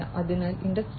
അതിനാൽ ഇൻഡസ്ട്രി 4